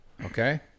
okay